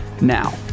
Now